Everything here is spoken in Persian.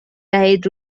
دهید